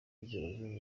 inzego